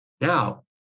now